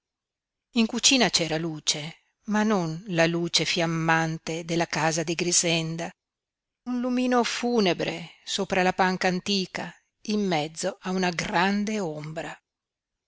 in cucina c'era luce ma non la luce fiammante della casa di grixenda un lumino funebre sopra la panca antica in mezzo a una grande ombra